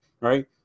right